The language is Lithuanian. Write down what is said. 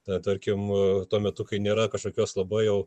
ten tarkim tuo metu kai nėra kažkokios labai jau